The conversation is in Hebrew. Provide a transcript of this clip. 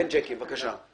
בבקשה.